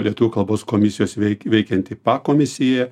lietuvių kalbos komisijos veik veikiantį pakomisija